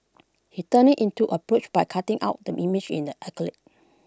he turned IT into A brooch by cutting out the image in the acrylic